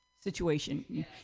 Situation